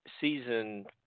season